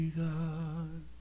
god